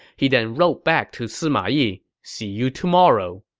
he then wrote back to sima yi, see you tomorrow.